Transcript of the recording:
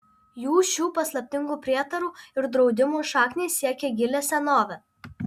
jų šių paslaptingų prietarų ir draudimų šaknys siekią gilią senovę